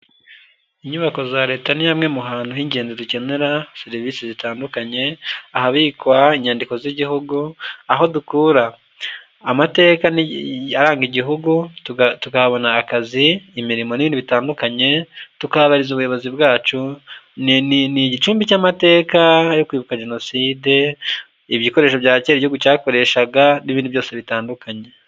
Inyubako za Leta ni hamwe mu hantu h'ingendo dukenera serivisi zitandukanye. Ahabikwa inyandiko z'Igihugu. Aho dukura amateka aranga Igihugu. Tukahabona akazi, imirimo n'ibindi bintu bitandukanye. Tukahabariza ubuyobozi bwacu. Ni igicumbi cy'amateka yo kwibuka Jenoside. Ibikoresho byakera Igihugu cyakoreshaga n'ibindi byose bitandukanye.